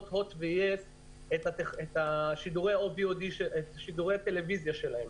מעבירות הוט ו-יס את שידורי הטלוויזיה שלהם.